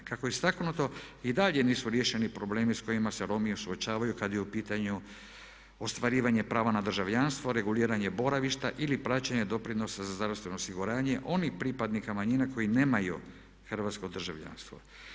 Kako je istaknuto i dalje nisu riješeni problemi s kojima se Romi suočavaju kad je u pitanju ostvarivanje prava na državljanstvo, reguliranje boravišta ili praćenje doprinosa za zdravstveno osiguranje onih pripadnika manjina koji nemaju hrvatsko državljanstvo.